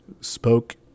spoke